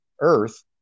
Earth